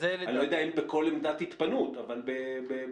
אני לא יודע אם בכל עמדת התפנות אבל בגדול.